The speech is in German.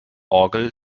orgel